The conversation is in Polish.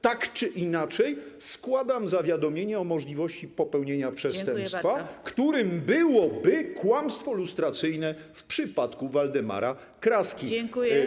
Tak czy inaczej składam zawiadomienie o możliwości popełnienia przestępstwa, którym byłoby kłamstwo lustracyjne w przypadku Waldemara Kraski.